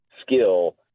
skill